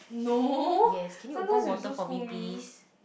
no sometimes you also scold me